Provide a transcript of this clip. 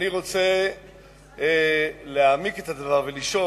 אני הייתי רוצה להעמיק את הדבר הזה ולשאול,